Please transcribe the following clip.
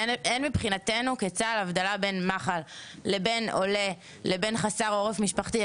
אין מבחינתנו כצה"ל הבדלה בין מח"ל לבין עולה לבין חסר עורף משפחתי.